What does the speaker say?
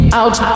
out